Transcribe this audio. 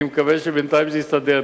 אני מקווה שבינתיים זה הסתדר.